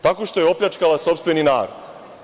Tako što je opljačkala sopstveni narod.